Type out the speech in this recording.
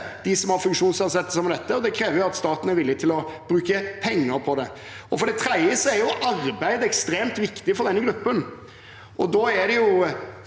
dem som har funksjonsnedsettelser med dette, og det krever at staten er villig til å bruke penger på det. For det tredje er arbeid ekstremt viktig for denne gruppen. De aller fleste